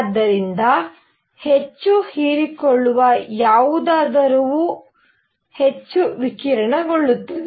ಆದ್ದರಿಂದ ಹೆಚ್ಚು ಹೀರಿಕೊಳ್ಳುವ ಯಾವುದಾದರೂ ಹೆಚ್ಚು ವಿಕಿರಣಗೊಳ್ಳುತ್ತದೆ